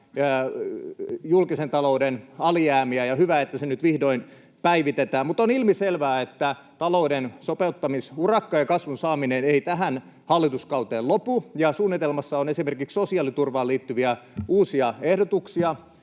julkisen talouden alijäämiä, ja on hyvä, että se nyt vihdoin päivitetään. Mutta on ilmiselvää, että talouden sopeuttamisurakka ja kasvun saaminen eivät tähän hallituskauteen lopu. Suunnitelmassa on mainittuna esimerkiksi sosiaaliturvaan liittyviä uusia ehdotuksia.